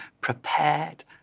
prepared